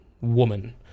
woman